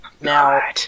Now